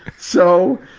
so,